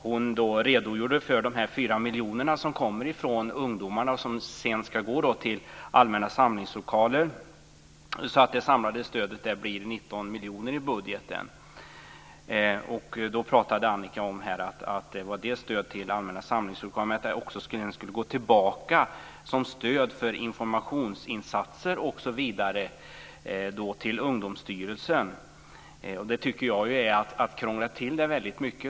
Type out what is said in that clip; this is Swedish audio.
Annika Nilsson redogjorde ju för de 4 miljoner som kommer från ungdomssidan och som ska gå till allmänna samlingslokaler så att det samlade stödet i budgeten blir 19 miljoner. Hon talade i det sammanhanget om stöd till allmänna samlingslokaler och om att detta sedan skulle gå tillbaka, som stöd för informationsinsatser, till Ungdomsstyrelsen. Det tycker jag är att väldigt mycket krångla till det hela.